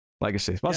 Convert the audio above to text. legacy